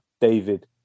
David